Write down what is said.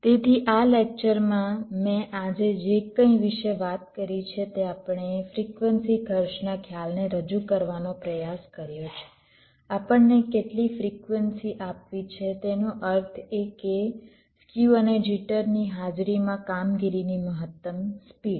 તેથી આ લેક્ચરમાં મેં આજે જે કંઇ વિશે વાત કરી છે તે આપણે ફ્રિક્વન્સી ખર્ચના ખ્યાલને રજૂ કરવાનો પ્રયાસ કર્યો છે આપણને કેટલી ફ્રિક્વન્સી આપવી છે તેનો અર્થ એ કે સ્ક્યુ અને જીટરની હાજરીમાં કામગીરીની મહત્તમ સ્પીડ